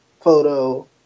photo